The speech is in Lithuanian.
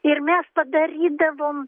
ir mes padarydavom